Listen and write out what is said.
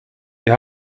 wir